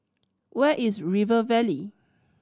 where is River Valley